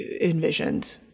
envisioned